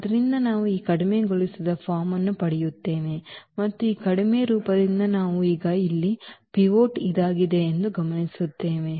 ಆದ್ದರಿಂದ ನಾವು ಈ ಕಡಿಮೆಗೊಳಿಸಿದ ಫಾರ್ಮ್ ಅನ್ನು ಪಡೆಯುತ್ತೇವೆ ಮತ್ತು ಈ ಕಡಿಮೆ ರೂಪದಿಂದ ನಾವು ಈಗ ಇಲ್ಲಿ ಪಿವೋಟ್ ಇದಾಗಿದೆ ಎಂದು ಗಮನಿಸುತ್ತೇವೆ